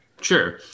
sure